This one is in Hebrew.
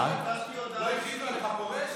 מה, ולא הכריזו עליך פורש?